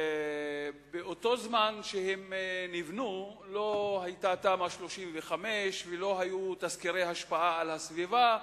באותו זמן שהם נבנו לא היתה תמ"א 35 ולא היו תסקירי השפעה על הסביבה,